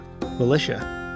Militia